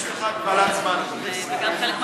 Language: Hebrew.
יש לך הגבלת זמן, אדוני.